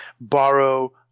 borrow –